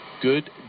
Good